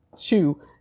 shoe